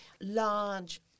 large